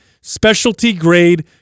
specialty-grade